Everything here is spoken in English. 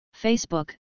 Facebook